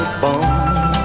bone